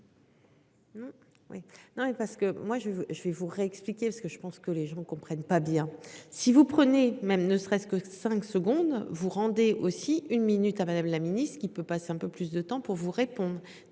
non mais parce que moi je, je vais vous réexpliquer parce que je pense que les gens ne comprennent pas bien, si vous prenez même ne serait-ce que 5 secondes, vous rendez aussi une minute à Madame la Ministre qui peut passer un peu plus de temps pour vous répondre